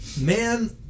Man